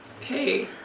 Okay